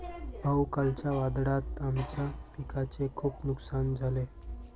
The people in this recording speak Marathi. भाऊ, कालच्या वादळात आमच्या पिकाचे खूप नुकसान झाले